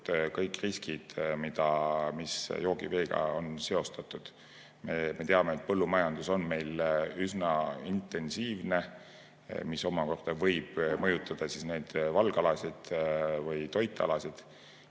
kõik riskid, mida joogiveega on seostatud. Me teame, et põllumajandus on meil üsna intensiivne, mis omakorda võib mõjutada valgalasid või toitealasid.